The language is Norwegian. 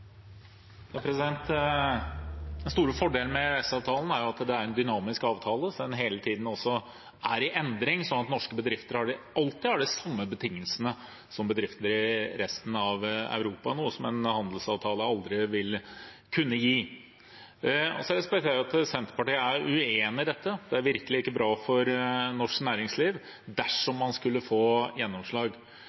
den er en dynamisk avtale. Den er hele tiden i endring, sånn at norske bedrifter alltid har de samme betingelsene som bedrifter i resten av Europa, noe en handelsavtale aldri vil kunne gi. Det spesielle er at Senterpartiet er uenig i dette. Det er virkelig ikke bra for norsk næringsliv dersom man skulle få gjennomslag.